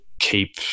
keep